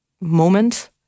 moment